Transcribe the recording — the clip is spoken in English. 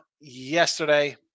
yesterday